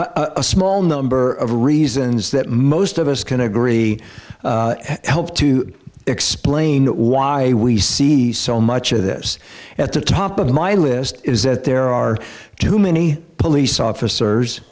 are a small number of reasons that most of us can agree help to explain why we see so much of this at the top of my list is that there are too many police officers